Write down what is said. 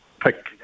pick